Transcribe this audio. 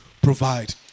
provide